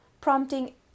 prompting